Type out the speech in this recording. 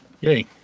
yay